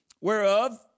whereof